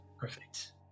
Perfect